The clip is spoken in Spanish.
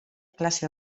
clase